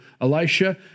Elisha